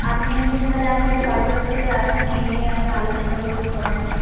আপনি এক দিন তাহলে আমাদের পার্টি অফিসে আসুন এই নিয়ে আমরা আলোচনা করব সবাই মিলে